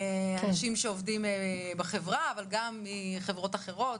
אנשים שעובדים בחברה, אבל גם מחברות אחרות.